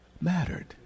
mattered